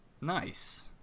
nice